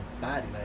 body